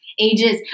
Ages